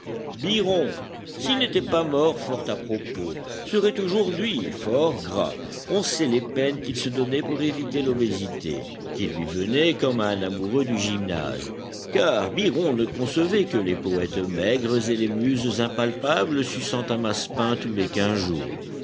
byron s'il n'était pas mort fort à propos serait aujourd'hui fort gras on sait les peines qu'il se donnait pour éviter l'obésité qui lui venait comme à un amoureux du gymnase car byron ne concevait que les poëtes maigres et les muses impalpables suçant un massepain tous les quinze jours